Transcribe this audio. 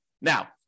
Now